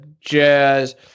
jazz